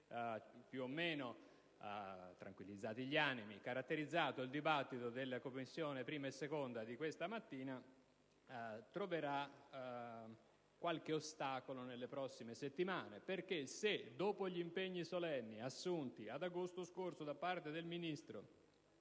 che, tranquillizzati gli animi, ha caratterizzato il dibattito delle Commissioni riunite 1a e 2a di questa mattina troverà qualche ostacolo nelle prossime settimane. Infatti, se dopo gli impegni solenni assunti nell'agosto scorso dal Ministro